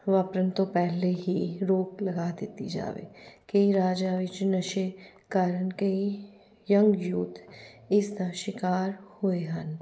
ਵਾਪਰਨ ਤੋਂ ਪਹਿਲਾਂ ਹੀ ਰੋਕ ਲਗਾ ਦਿੱਤੀ ਜਾਵੇ ਕਈ ਰਾਜਾਂ ਵਿੱਚ ਨਸ਼ੇ ਕਾਰਨ ਕਈ ਯੰਗ ਯੂਥ ਇਸ ਦਾ ਸ਼ਿਕਾਰ ਹੋਏ ਹਨ